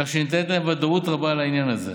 כך שניתנת להם ודאות רבה לעניין הזה.